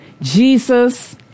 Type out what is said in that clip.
Jesus